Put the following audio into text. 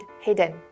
hidden